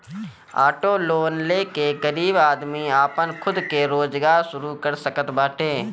auto loan ले के गरीब आदमी आपन खुद के रोजगार शुरू कर सकत बाटे